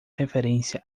referência